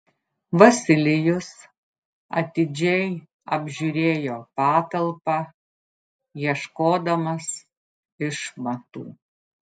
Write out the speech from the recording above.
vasilijus atidžiai apžiūrėjo patalpą ieškodamas išmatų